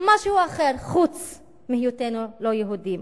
משהו אחר, חוץ מהיותנו לא-יהודים.